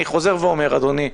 אני חוזר ואומר, אדוני,